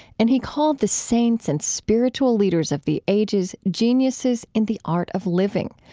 and he called the saints and spiritual leaders of the ages geniuses in the art of living,